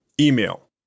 Email